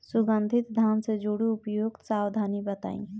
सुगंधित धान से जुड़ी उपयुक्त सावधानी बताई?